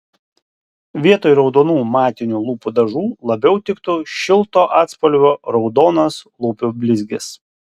vietoj raudonų matinių lūpų dažų labiau tiktų šilto atspalvio raudonas lūpų blizgis